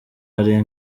hari